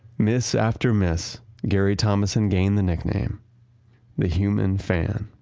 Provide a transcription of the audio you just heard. miss after miss, gary thomasson gained the nickname the human fan.